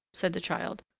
said the child.